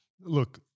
look